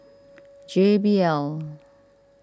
J B L